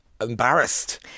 embarrassed